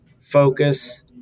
focus